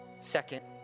Second